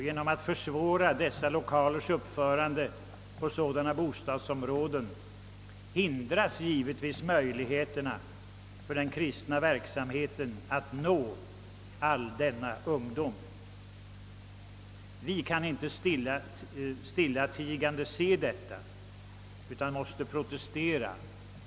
Genom att försvåra dessa lokalers uppförande i sådana bostadsområden minskas givetvis den kristna verksamhetens möjligheter att nå all denna ungdom. Vi kan inte stillatigande se detta utan måste protestera.